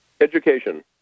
Education